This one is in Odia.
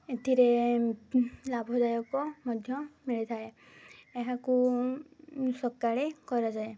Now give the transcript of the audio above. ଏଥିରେ ଲାଭଦାୟକ ମଧ୍ୟ ମିଳିଥାଏ ଏହାକୁ ସକାଳେ କରାଯାଏ